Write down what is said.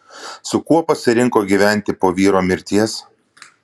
su kuo pasirinko gyventi po vyro mirties